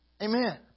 Amen